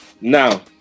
now